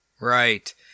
Right